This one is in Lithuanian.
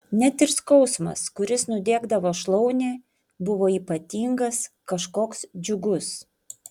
net ir skausmas kuris nudiegdavo šlaunį buvo ypatingas kažkoks džiugus